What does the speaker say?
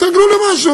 התרגלו למשהו.